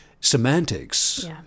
semantics